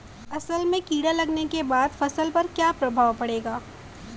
असल में कीड़ा लगने के बाद फसल पर क्या प्रभाव पड़ेगा?